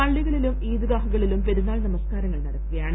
പള്ളികളിലും ഈദ്ഗാഹുകളിലും പെരുന്നാൾ നമസ്കാരങ്ങൾ നടക്കുകയാണ്